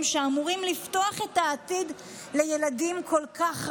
שאמורים לפתוח את העתיד לילדים כל כך רבים.